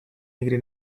nikdy